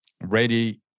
ready